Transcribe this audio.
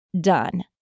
done